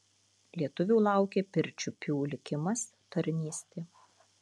lietuvių laukė pirčiupių likimas tarnystė